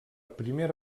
primera